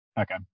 Okay